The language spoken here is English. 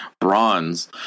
bronze